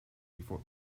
before